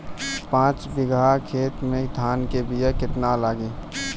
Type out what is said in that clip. पाँच बिगहा खेत में धान के बिया केतना लागी?